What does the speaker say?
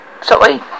sorry